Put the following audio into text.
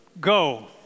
Go